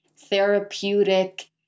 therapeutic